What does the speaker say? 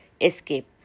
escape